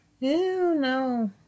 No